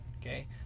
Okay